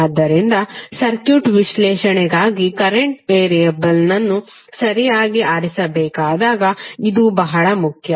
ಆದ್ದರಿಂದ ಸರ್ಕ್ಯೂಟ್ ವಿಶ್ಲೇಷಣೆಗಾಗಿ ಕರೆಂಟ್ ವೇರಿಯೇಬಲ್ನಳನ್ನು ಸರಿಯಾಗಿ ಆರಿಸಬೇಕಾದಾಗ ಇದು ಬಹಳ ಮುಖ್ಯ